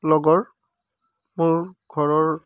লগৰ মোৰ ঘৰৰ